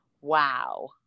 wow